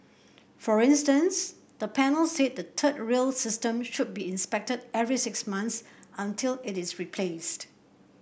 for instance the panel said the third rail system should be inspected every six months until it is replaced